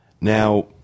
Now